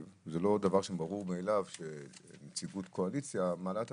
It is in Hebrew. זה לא דבר מובן מאליו שנציגות קואליציה מעל ה את